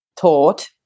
taught